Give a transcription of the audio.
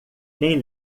nem